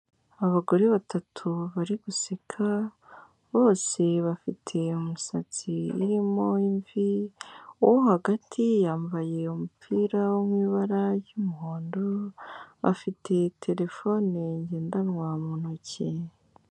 Abagore batatu bari guseka bose bafite umusatsi irimo imvi, uwo hagati yambaye umupira wo mu ibara ry'umuhondo, bafite terefone ngendanwa mu ntoki.